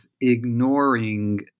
ignoring